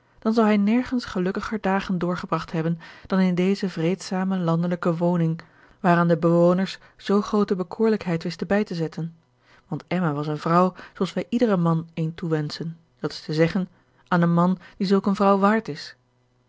dan zou hij nergens gelukkiger dagen doorgebragt hebben dan in deze vreedzame landelijke woning waaraan de bewoners zoo groote bekoorlijkheid wisten bij te zetten want emma was eene vrouw zooals wij iederen man eene toewenschen dat is te zeggen aan een man die zulk eene vrouw waard is